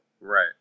Right